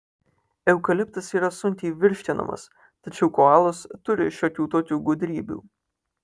eukaliptas yra sunkiai virškinamas tačiau koalos turi šiokių tokių gudrybių